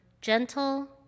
gentle